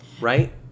Right